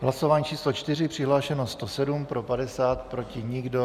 Hlasování číslo 4, přihlášeno 107, pro 50, proti nikdo.